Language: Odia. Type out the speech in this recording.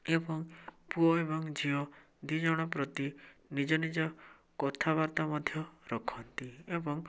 ଏବଂ ପୁଅ ଏବଂ ଝିଅ ଦୁଇ ଜଣ ପ୍ରତି ନିଜ ନିଜ କଥାବାର୍ତ୍ତା ମଧ୍ୟ ରଖନ୍ତି ଏବଂ